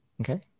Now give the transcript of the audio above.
Okay